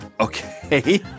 Okay